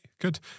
Good